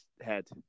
head